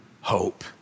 hope